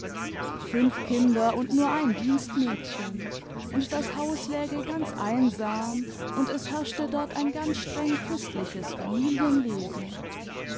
fünf kinder und nur ein dienstmädchen und das haus läge ganz einsam und es herrschte dort ein ganz streng christliches familienleben